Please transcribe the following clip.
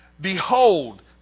Behold